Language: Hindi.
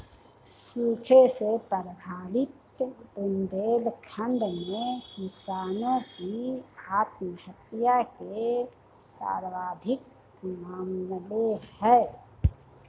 सूखे से प्रभावित बुंदेलखंड में किसानों की आत्महत्या के सर्वाधिक मामले है